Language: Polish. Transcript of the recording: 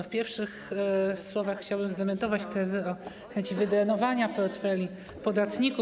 W pierwszych słowach chciałbym zdementować tezę o chęci wydrenowania portfeli podatników.